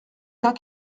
cas